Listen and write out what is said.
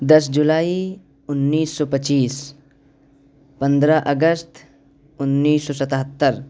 دس جولائی انیس سو پچیس پندرہ اگست انیس سو ستہتر